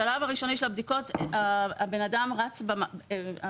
בשלב הראשוני של הבדיקות הפרטים של הבן אדם רצים במערכת